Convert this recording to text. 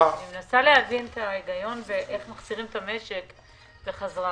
אני מנסה להבין את ההיגיון ואיך מחזירים את המשק בחזרה.